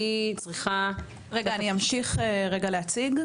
אני צריכה --- רגע, אני אמשיך רגע להציג.